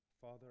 Father